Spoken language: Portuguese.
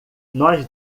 nós